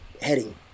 heading